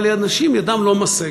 אבל אנשים, ידם לא משגת.